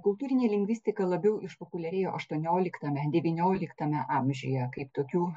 kultūrinė lingvistika labiau išpopuliarėjo aštuonioliktame devynioliktame amžiuje kaip tokių